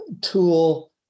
tool